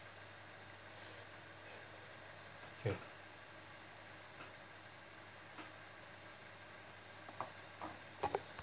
okay